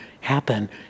happen